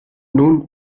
nun